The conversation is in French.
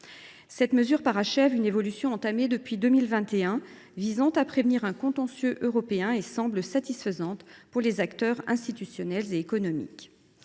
Cette mesure parachève une évolution entamée depuis 2021, visant à prévenir un contentieux européen. Elle semble satisfaisante pour les acteurs institutionnels et économiques.